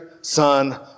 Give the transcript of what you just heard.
Son